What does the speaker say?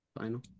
Final